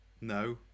No